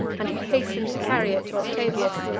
and had hastened to carry it to octavius,